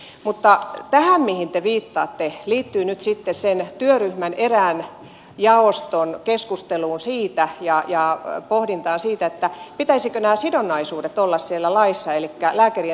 mutta tämä mihin te viittaatte liittyy nyt sitten sen työryhmän erään jaoston keskusteluun ja pohdintaan siitä pitäisikö näiden sidonnaisuuksien olla siellä laissa elikkä lääkärien sidonnaisuuksien